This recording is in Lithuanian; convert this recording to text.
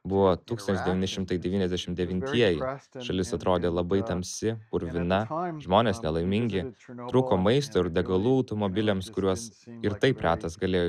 buvo tūkstantis devyni šimtai devyniasdešimt devintieji šalis atrodė labai tamsi purvina žmonės nelaimingi trūko maisto ir degalų automobiliams kuriuos ir taip retas galėjo